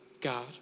God